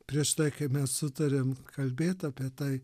prieš tai kai mes sutarėm kalbėt apie tai